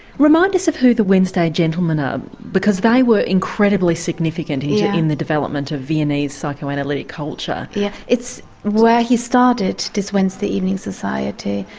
remind us of who the wednesday gentlemen were ah because they were incredibly significant in the development of viennese psychoanalytic culture. yeah it's where he started this wednesday evening society.